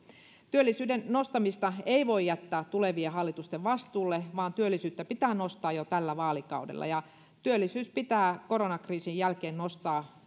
työllisyyden nostamista ei voi jättää tulevien hallitusten vastuulle vaan työllisyyttä pitää nostaa jo tällä vaalikaudella ja työllisyyttä pitää koronakriisin jälkeen nostaa